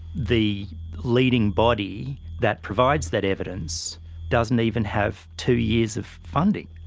the leading body that provides that evidence doesn't even have two years of funding.